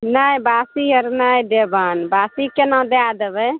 नहि बासी आर नहि देबैनि बासी केना दए देबै